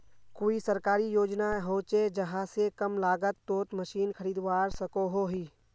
कोई सरकारी योजना होचे जहा से कम लागत तोत मशीन खरीदवार सकोहो ही?